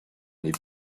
les